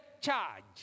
charge